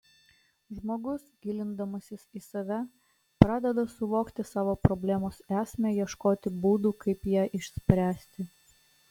žmogus gilindamasis į save pradeda suvokti savo problemos esmę ieškoti būdų kaip ją išspręsti